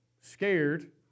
scared